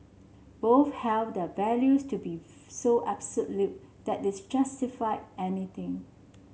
both held their values to be so absolute that it justified anything